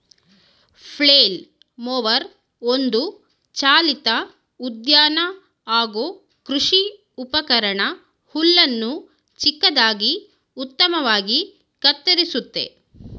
flail mower ಒಂದು ಚಾಲಿತ ಉದ್ಯಾನ ಹಾಗೂ ಕೃಷಿ ಉಪಕರಣ ಹುಲ್ಲನ್ನು ಚಿಕ್ಕದಾಗಿ ಉತ್ತಮವಾಗಿ ಕತ್ತರಿಸುತ್ತೆ